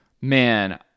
man